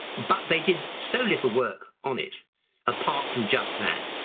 but they did so little work on it apart from just that.